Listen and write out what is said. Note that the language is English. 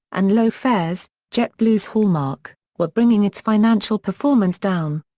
and low fares, jetblue's hallmark, were bringing its financial performance down.